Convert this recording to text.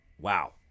wow